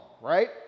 right